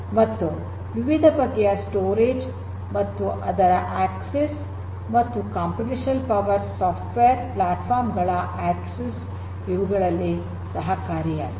ಮತ್ತು ವಿವಿಧ ಬಗೆಯ ಸ್ಟೋರೇಜ್ ಮತ್ತು ಅದರ ಆಕ್ಸೆಸ್ ಮತ್ತು ಕಂಪ್ಯೂಟೇಷನಲ್ ಪವರ್ ಸಾಫ್ಟ್ವೇರ್ ಪ್ಲಾಟ್ಫಾರ್ಮ್ ಗಳ ಆಕ್ಸೆಸ್ ಇವುಗಳಲ್ಲಿ ಸಹಾಯಕಾರಿಯಾಗಿದೆ